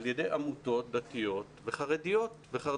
על ידי עמותות דתיות וחרד"ליות.